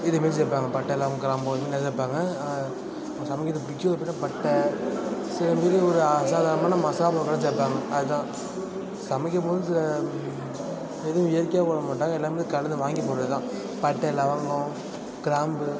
இதுவுமே சேர்ப்பாங்க பட்டை லவங்கம் கிராம்பு இது எல்லாமே சேர்ப்பாங்க சமைக்கிறது முக்கியம் அப்படினா பட்டை சில பேர் ஒரு அசாதரணமான மசாலா பவுடரும் சேர்ப்பாங்க அதுதான் சமைக்கும் போது எதுவும் இயற்கையாக போட மாட்டாங்க எல்லாமே கடையில் வாங்கி போடுறது தான் பட்டை லவங்கம் கிராம்பு